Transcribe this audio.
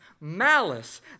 malice